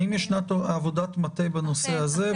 האם יש עבודת מטה בנושא הזה?